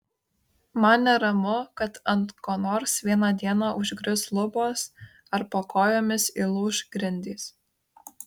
man neramu kad ant ko nors vieną dieną užgrius lubos ar po kojomis įlūš grindys